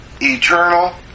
eternal